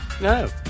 No